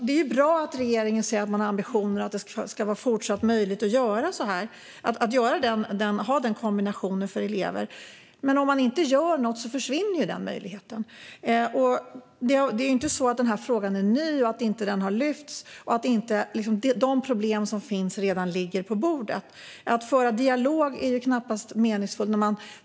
Det är bra att regeringen säger att man har ambitionen att det även i fortsättningen ska vara möjligt att ha den kombinationen för elever, men om man inte gör något försvinner ju den möjligheten. Det är inte så att frågan är ny, att den inte har lyfts upp och att de problem som finns inte redan ligger på bordet. Att föra en dialog är ju knappast meningsfullt.